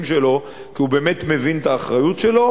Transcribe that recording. שלו כי הוא באמת מבין את האחריות שלו,